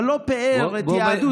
אבל לא פיאר את יהדות,